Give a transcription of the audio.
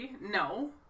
No